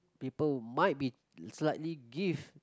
people might be slightly give